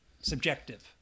subjective